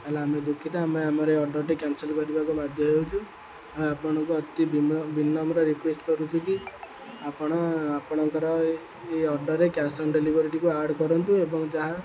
ତା'ହେଲେ ଆମେ ଦୁଃଖିତ ଆମେ ଆମର ଏ ଅର୍ଡ଼ରଟି କ୍ୟାନସଲ୍ କରିବାକୁ ବାଧ୍ୟ ହେଉଛୁ ଆ ଆପଣଙ୍କୁ ଅତି ବିମ୍ର ବିନମ୍ର ରିିକ୍ୱେଷ୍ଟ କରୁଛୁ କି ଆପଣ ଆପଣଙ୍କର ଏଇ ଅର୍ଡ଼ର୍ରେ କ୍ୟାସ୍ ଅନ୍ ଡେଲିଭରିଟିକୁ ଆଡ଼ କରନ୍ତୁ ଏବଂ ଯାହା